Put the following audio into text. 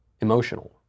emotional